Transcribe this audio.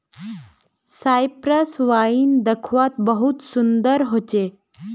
Cyprus wine दाख्वात बहुत सुन्दर होचे